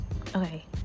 Okay